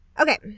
okay